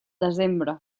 desembre